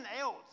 else